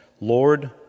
Lord